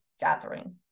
gathering